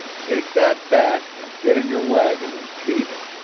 take that back and get in your wagon and beat it,